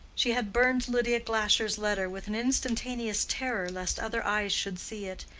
she had burned lydia glasher's letter with an instantaneous terror lest other eyes should see it,